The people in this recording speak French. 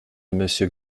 monsieur